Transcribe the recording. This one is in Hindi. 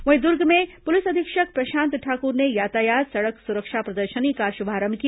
वहीं दुर्ग में पुलिस अधीक्षक प्रशांत ठाकुर ने यातायात सड़क सुरक्षा प्रदर्शनी का शुभारंभ किया